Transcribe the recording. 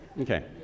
Okay